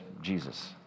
Jesus